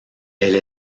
elle